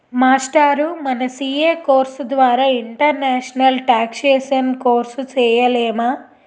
మాస్టారూ మన CA course ద్వారా ఇంటర్నేషనల్ టేక్సేషన్ కోర్సు సేయలేమా